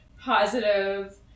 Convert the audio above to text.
positive